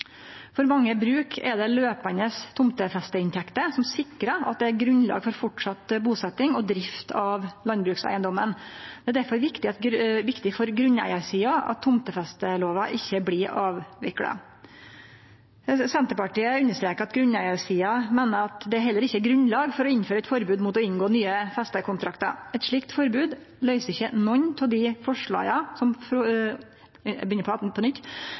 For mange bruk er det løpande tomtefesteinntekter som sikrar at det er grunnlag for vidare busetnad og drift av landbrukseigedommen. Det er derfor viktig for grunneigarsida at tomtefestelova ikkje blir avvikla. Senterpartiet understreker at grunneigarsida meiner at det heller ikkje er grunnlag for å innføre eit forbod mot å inngå nye festekontraktar. Eit slikt forbod løyser ikkje nokon av dei problema forslagsstillarane trekkjer fram som